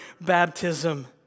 baptism